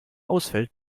ausfällt